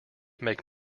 make